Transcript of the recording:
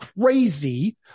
crazy